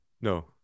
no